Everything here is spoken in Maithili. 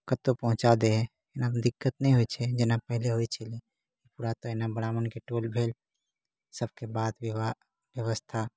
कतौ पहुंचा दै है आब दिक्कत नहि होइ छै जेना पहिने होइ छलै पूरा तऽ अहिना ब्राह्मणके टोल भेल सबके बात व्यवस्था